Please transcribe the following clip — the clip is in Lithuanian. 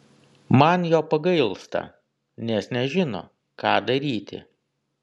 man jo pagailsta nes nežino ką daryti